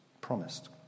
promised